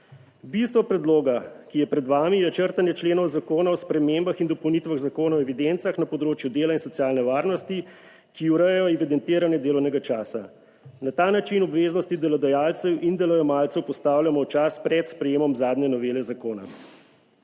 Bistvo predloga, ki je pred vami je črtanje členov zakona o spremembah in dopolnitvah Zakona o evidencah na področju dela in socialne varnosti, ki urejajo evidentiranje delovnega časa. Na ta način obveznosti delodajalcev in delojemalcev postavljamo v čas pred sprejemom zadnje novele zakona.